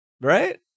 right